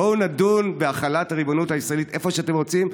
בואו נדון בהחלת הריבונות הישראלית איפה שאתם רוצים,